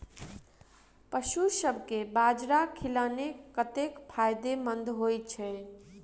पशुसभ केँ बाजरा खिलानै कतेक फायदेमंद होइ छै?